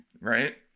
Right